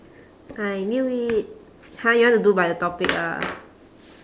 I knew it !huh! you want to do by the topic ah